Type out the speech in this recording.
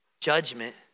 Judgment